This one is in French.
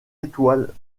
étoiles